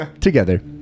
Together